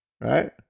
Right